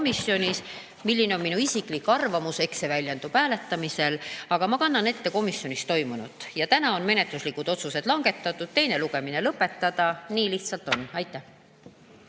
komisjonis. Milline on minu isiklik arvamus? Eks see väljendub hääletamisel. Aga ma kannan ette komisjonis toimunut ja täna on menetluslikud otsused langetatud: teine lugemine lõpetada. Nii lihtsalt on. Suur